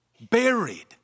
buried